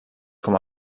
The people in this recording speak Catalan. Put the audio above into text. com